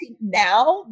now